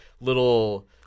little